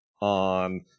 on